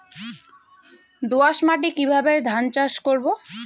দোয়াস মাটি কিভাবে ধান চাষ করব?